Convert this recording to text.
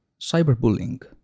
cyberbullying